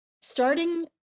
Starting